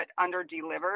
under-delivered